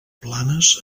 planes